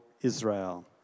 Israel